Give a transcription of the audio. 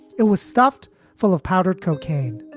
it was stuffed full of powdered cocaine,